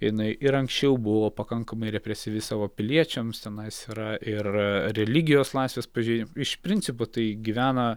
jinai ir anksčiau buvo pakankamai represyvi savo piliečiams tenais yra ir religijos laisvės pažei iš principo tai gyvena